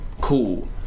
cool